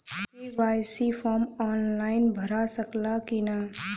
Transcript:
KYC form online भरा सकला की ना?